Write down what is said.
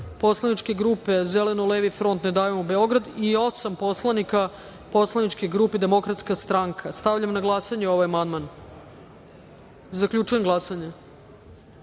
poslaničke grupe Zeleno levi front-Ne davimo Beograd i osam poslanika poslaničke grupe Demokratska stranka. Stavljam na glasanje. Zaključujem glasanje: